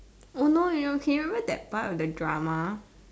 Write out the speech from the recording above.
oh no you can remember that part with the drama